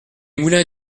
moulins